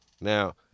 Now